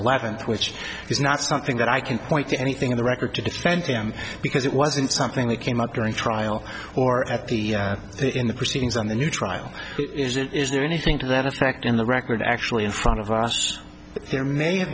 eleventh which is not something that i can point to anything in the record to defend him because it wasn't something that came up during trial or at the in the proceedings on the new trial is it is there anything to that effect in the record actually in front of us there may have